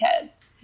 kids